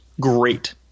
great